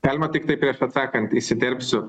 galima tiktai prieš atsakant įsiterpsiu